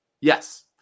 Yes